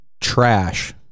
trash